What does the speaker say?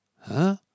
Huh